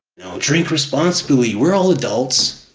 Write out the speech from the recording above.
drink responsibly. we're all adults.